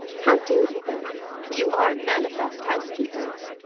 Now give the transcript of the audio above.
how do you both? you are manifest housekeepers.